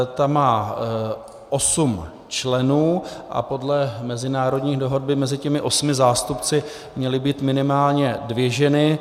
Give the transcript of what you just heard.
Ta má osm členů a podle mezinárodních dohod by mezi osmi zástupci měly být minimálně dvě ženy.